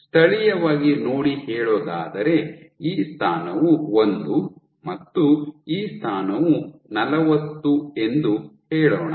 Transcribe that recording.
ಸ್ಥಳೀಯವಾಗಿ ನೋಡಿ ಹೇಳೋದಾದರೆ ಈ ಸ್ಥಾನವು ಒಂದು ಮತ್ತು ಈ ಸ್ಥಾನವು ನಲವತ್ತು ಎಂದು ಹೇಳೋಣ